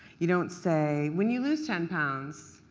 you don't say, when you lose ten pounds,